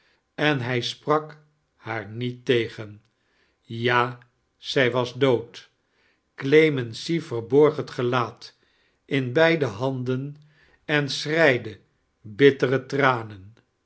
en hij sprak haar niet tegen ja zij was dood clemency verborg het gelaat in beide handen en sohrtedde bitter tranien